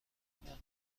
ممکن